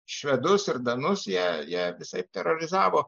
švedus ir danus jie jie visaip terorizavo